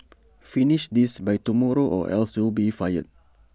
finish this by tomorrow or else you'll be fired